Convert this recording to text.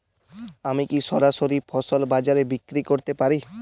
আমি কি সরাসরি ফসল বাজারে বিক্রি করতে পারি?